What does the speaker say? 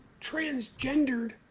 transgendered